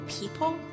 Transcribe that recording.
people